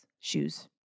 shoes